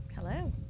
Hello